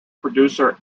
producer